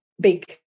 big